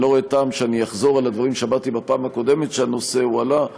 אני לא רואה טעם שאני אחזור על הדברים שאמרתי בפעם הקודמת שהנושא הועלה.